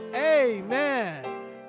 Amen